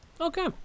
okay